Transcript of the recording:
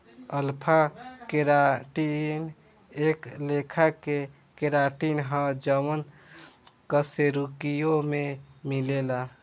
alpha keratin एक लेखा के केराटिन ह जवन कशेरुकियों में मिलेला